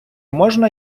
можна